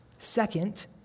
Second